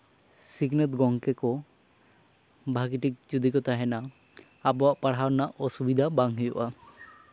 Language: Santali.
ᱥᱤᱠᱷᱱᱟᱹᱛ ᱜᱚᱝᱠᱮ ᱠᱚ ᱵᱷᱟᱹᱜᱤ ᱴᱷᱤᱠ ᱡᱩᱫᱤ ᱠᱚ ᱛᱟᱦᱮᱱᱟ ᱟᱵᱚᱣᱟᱜ ᱯᱟᱲᱦᱟᱣ ᱨᱮᱱᱟᱜ ᱚᱥᱩᱵᱤᱫᱦᱟ ᱵᱟᱝ ᱦᱩᱭᱩᱜᱼᱟ